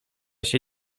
się